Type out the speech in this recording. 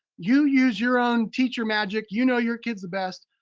you use your own teacher magic. you know your kids the best.